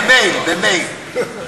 שלח לנו במייל, במייל.